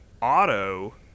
auto